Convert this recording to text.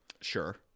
Sure